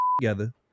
together